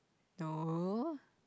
no